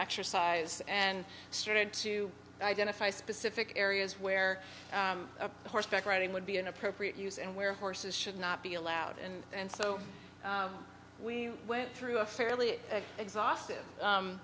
exercise and started to identify specific areas where the horseback riding would be an appropriate use and where horses should not be allowed and so we went through a fairly exhaust